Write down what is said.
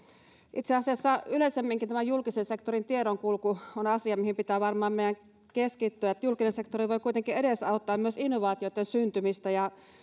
itse asiassa yleisemminkin julkisen sektorin tiedonkulku on asia mihin pitää varmaan meidän keskittyä julkinen sektori voi kuitenkin edesauttaa myös innovaatioitten syntymistä ja